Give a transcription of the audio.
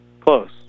close